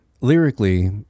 Lyrically